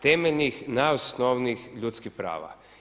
Temeljnih, najosnovnijih ljudskih prava.